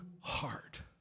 heart